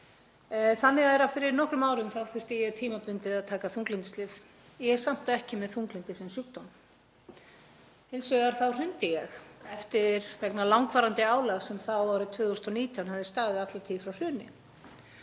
Þannig er að fyrir nokkrum árum þá þurfti ég tímabundið að taka þunglyndislyf. Ég er samt ekki með þunglyndi sem sjúkdóm. Hins vegar þá hrundi ég eftir vegna langvarandi álag sem hafði þá árið 2019 staðið alla tíð frá hruni.